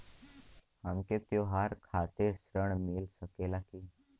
हमके त्योहार खातिर त्रण मिल सकला कि ना?